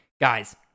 Guys